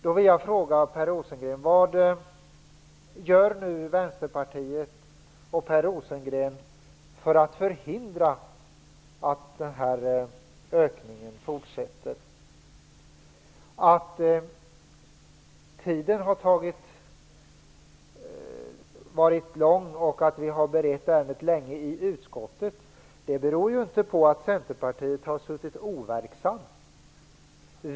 Jag vill fråga Per Rosengren vad Vänsterpartiet och Per Rosengren gör för att förhindra att ökningen fortsätter. Att vi har berett ärendet länge i utskottet beror ju inte på att Centerpartiet har suttit overksamt.